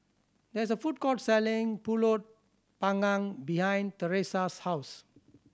there is a food court selling Pulut Panggang behind Thresa's house